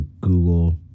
Google